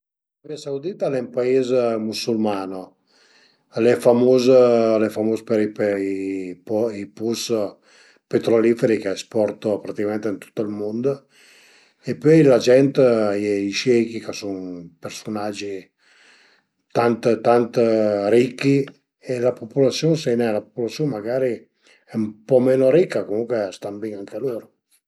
Ën giöch ch'a m'pias tantissim al e, al e sicürament ël ping pong, ël principal, pöi anche d'auti giögh, ël biliard e roba varia, però ël ping pong mi giugava sempre cun me fratèl e dizuma nen tüte le zman-e ma cuazi, comuncue al e ün bel giögh e se t'la faze cun i amis të diverte da mat